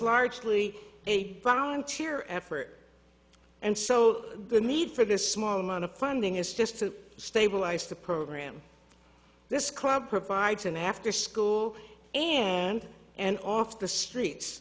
largely a volunteer effort and so the need for this small amount of funding is just to stabilize the program this club provides an after school and and off the streets